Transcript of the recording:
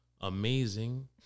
amazing